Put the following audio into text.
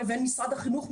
לבין משרד החינוך,